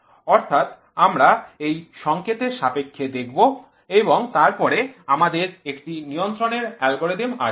অর্থাৎ আমরা এই সংকেত এর সাপেক্ষে দেখব এবং তারপরে আমাদের একটি নিয়ন্ত্রণের অ্যালগরিদম আছে